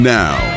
now